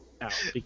out